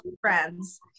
friends